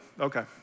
okay